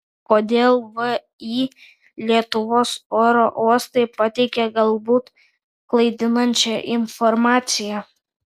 kodėl vį lietuvos oro uostai pateikė galbūt klaidinančią informaciją